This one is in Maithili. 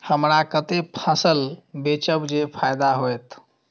हमरा कते फसल बेचब जे फायदा होयत?